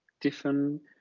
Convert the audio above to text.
different